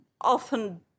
often